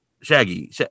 Shaggy